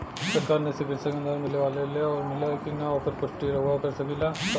सरकार निधि से कृषक अनुदान मिले वाला रहे और मिलल कि ना ओकर पुष्टि रउवा कर सकी ला का?